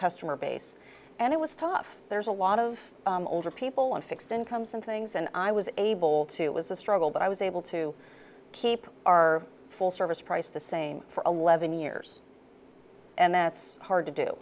customer base and it was tough there's a lot of older people on fixed incomes and things and i was able to it was a struggle but i was able to keep our full service price the same for a levon years and that's hard to do